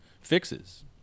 fixes